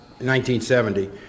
1970